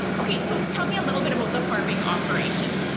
okay, so tell me a little bit about the farming operation.